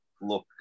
look